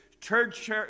church